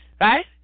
right